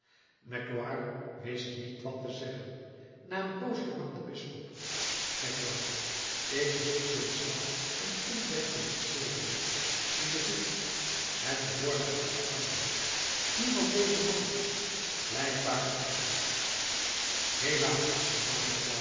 magloire wist niet wat te zeggen na een poos hernam de bisschop magloire ik hield sinds lang ten onrechte dit zilverwerk in bezit het behoorde aan de armen wie was deze man blijkbaar een arme helaas